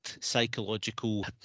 psychological